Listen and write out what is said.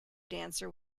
dancer